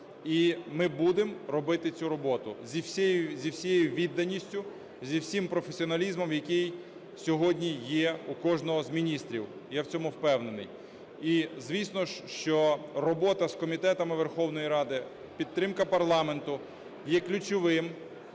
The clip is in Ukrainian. І ми будемо робити цю роботу зі всією відданістю, зі всім професіоналізмом, який сьогодні є у кожного з міністрів. Я в цьому впевнений. І, звісно, що робота з комітетами Верховної Ради, підтримка парламенту є ключовим